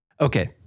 Okay